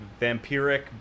vampiric